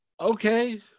okay